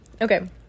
okay